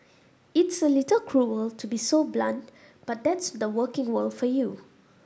it's a little cruel to be so blunt but that's the working world for you